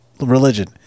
religion